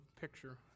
picture